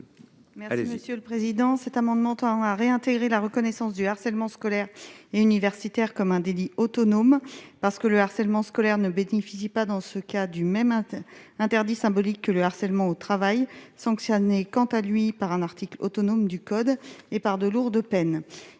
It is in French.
Alors Monsieur le Président, cet amendement tend à réintégrer la reconnaissance du harcèlement scolaire et universitaire comme un délit autonome parce que le harcèlement scolaire ne bénéficient pas, dans ce cas du même interdit symbolique que le harcèlement au travail, sanctionné, quant à lui par un article autonome du code et par de lourdes peines,